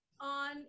on